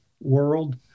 world